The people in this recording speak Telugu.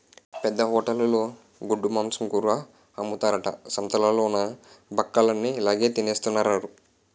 పెద్ద హోటలులో గొడ్డుమాంసం కూర అమ్ముతారట సంతాలలోన బక్కలన్ని ఇలాగె తినెత్తన్నారు